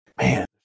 man